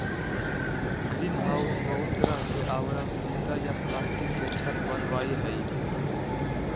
greenhouse बहुते तरह के आवरण सीसा या प्लास्टिक के छत वनावई हई